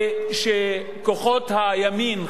ושכוחות הימין,